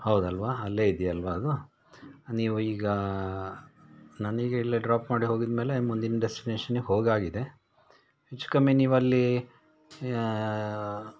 ಹೌದಲ್ಲವಾ ಅಲ್ಲೇ ಇದೆಯಲ್ವಾ ಅದು ನೀವು ಈಗ ನನಗೆ ಇಲ್ಲಿ ಡ್ರಾಪ್ ಮಾಡಿ ಹೋಗಿದ್ಮೇಲೆ ಮುಂದಿನ ಡೆಸ್ಟಿನೇಶನ್ಗೆ ಹೋಗಿ ಆಗಿದೆ ಹೆಚ್ಚು ಕಮ್ಮಿ ನೀವಲ್ಲಿ